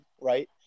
right